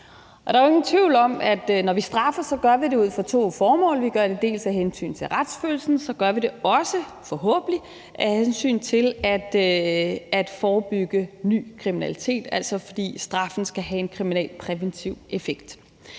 Der er jo ingen tvivl om, at når vi straffer, gør vi det ud fra to formål. Vi gør det dels af hensyn til retsfølelsen, dels, forhåbentlig, af hensyn til at forebygge ny kriminalitet, altså fordi straffen skal have en kriminalpræventiv effekt.